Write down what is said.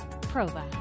Prova